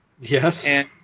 Yes